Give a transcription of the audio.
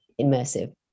immersive